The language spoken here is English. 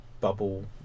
bubble